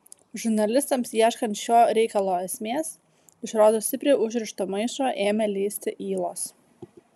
žurnalistams ieškant šio reikalo esmės iš rodos stipriai užrišto maišo ėmė lįsti ylos